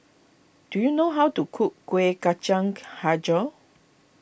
do you know how to cook Kueh Kacang HiJau